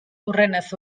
hurrenez